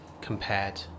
Compared